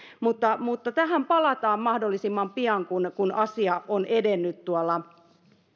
mutta mutta tähän palataan mahdollisimman pian kun asia on edennyt tuolla